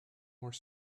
more